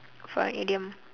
for an idiom